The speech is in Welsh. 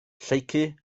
lleucu